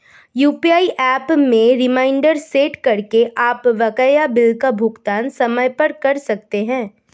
UPI app में reminder set करके आप बकाया बिल का भुगतान समय पर कर सकते हैं